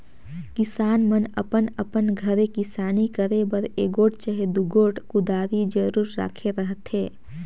किसान मन अपन अपन घरे किसानी करे बर एगोट चहे दुगोट कुदारी जरूर राखे रहथे